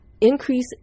Increase